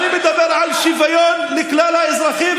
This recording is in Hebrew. אני מדבר על שוויון לכלל האזרחים,